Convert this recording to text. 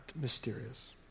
mysterious